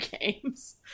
games